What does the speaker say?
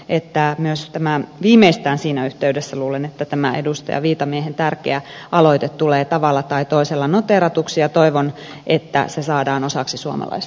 ettää myös estämään viimeistään siinä yhteydessä luulen että tämä edustaja viitamiehen tärkeä aloite tulee tavalla tai toisella noteeratuksi ja toivon että se saadaan osaksi suomalaista lainsäädäntöä